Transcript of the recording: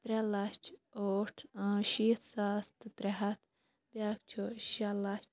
ترٛےٚ لَچھ ٲٹھ شیٖتھ ساس تہٕ ترٛےٚ ہَتھ بیاکھ چھُ شیٚے لَچھ